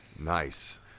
nice